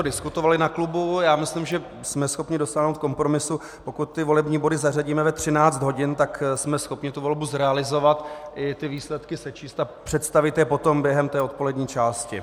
Diskutovali jsme o tom na klubu, myslím, že jsme schopni dosáhnout kompromisu, pokud ty volební body zařadíme ve 13 hodin, tak jsme schopni tu volbu zrealizovat i ty výsledky sečíst a představit je potom během odpolední části.